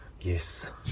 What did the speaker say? yes